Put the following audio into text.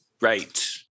right